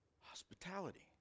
Hospitality